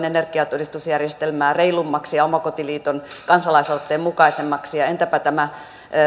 energiatodistusjärjestelmää reilummaksi ja enemmän omakotiliiton kansalaisaloitteen mukaiseksi ja entäpä tämä